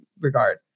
regard